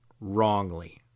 wrongly